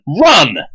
Run